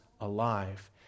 alive